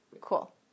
Cool